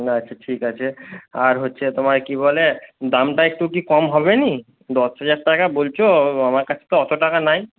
না আচ্ছা ঠিক আছে আর হচ্ছে তোমার কী বলে দামটা একটু কি কম হবে না দশ হাজার টাকা বলছ আমার কাছে তো অত টাকা নেই